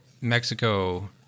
Mexico –